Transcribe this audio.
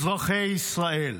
אזרחי ישראל.